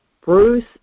Bruce